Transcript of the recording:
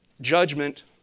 Judgment